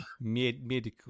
Medical